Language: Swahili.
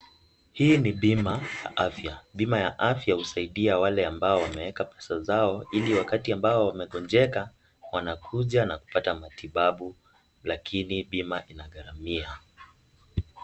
Hii ni bima ya afya .Bima ya afya husaidia wale ambao wameweka pesa zao ili wakati wanapogonjeka wanakuja na kupata matibabu lakini bima inagharamia.